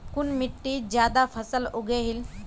कुन मिट्टी ज्यादा फसल उगहिल?